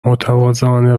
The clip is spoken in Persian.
متواضعانه